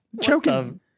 Choking